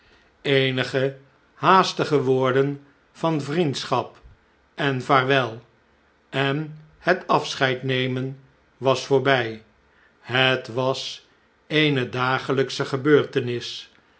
eenige haastige woorden van vriendschap en vaarwel en het afscheidnemen was voorbg het was eene dagelpsche gebeurtenis